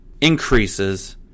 increases